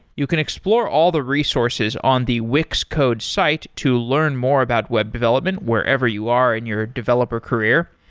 you can explore all the resources on the wix code's site to learn more about web development wherever you are in your developer career.